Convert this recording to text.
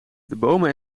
bomen